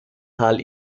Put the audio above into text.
hal